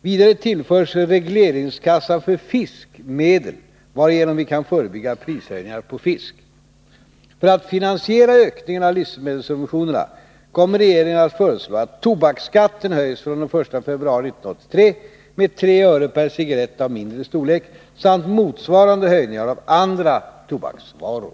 Vidare tillförs regleringskassan för fisk medel, varigenom vi kan förebygga prishöjningar på fisk. För att finansiera ökningen av livsmedelssubventionerna kommer regeringen att föreslå att tobaksskatten höjs den 1 februari 1983 med 3 öre per cigarett av mindre storlek samt motsvarande höjningar av andra tobaksvaror.